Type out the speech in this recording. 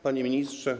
Panie Ministrze!